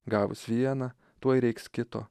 gavus vieną tuoj reiks kito